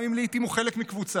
גם אם לעיתים הוא חלק מקבוצה.